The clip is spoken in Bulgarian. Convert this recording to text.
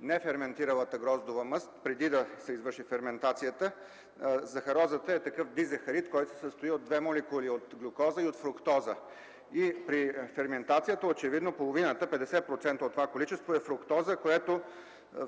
неферментиралата гроздова мъст, преди да се извърши ферментацията. Захарозата е такъв дизахарид, който се състои от две молекули – от глюкоза и от фруктоза. При ферментацията очевидно 50% от количеството е фруктоза, което